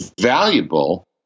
Valuable